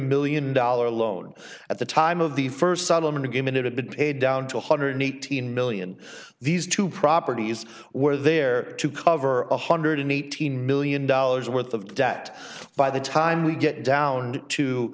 million dollars loan at the time of the st settlement agreement it had been paid down two hundred and eighteen million dollars these two properties were there to cover one hundred and eighteen million dollars worth of debt by the time we get down to